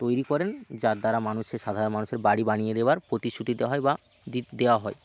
তৈরি করেন যার দ্বারা মানুষের সাধারণ বাড়ি বানিয়ে দেওয়ার প্রতিশ্রুতি দেওয়া হয় বা দেওয়া হয়